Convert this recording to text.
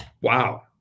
wow